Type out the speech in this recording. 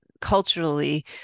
culturally